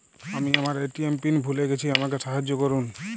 আমি আমার ATM PIN ভুলে গেছি আমাকে সাহায্য করুন